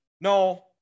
No